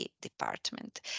Department